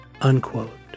unquote